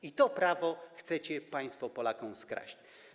I to prawo chcecie państwo Polakom skraść.